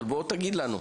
אבל בוא תגיד לנו.